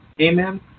Amen